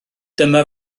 dyma